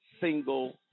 single